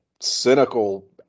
cynical